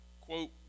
quote